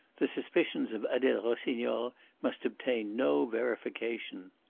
the suspicions of adele rossignol must obtain no verification.